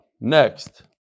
Next